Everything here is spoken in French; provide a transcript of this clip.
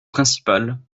principales